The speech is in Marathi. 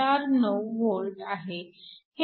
49 V आहे